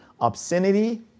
obscenity